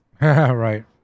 right